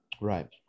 Right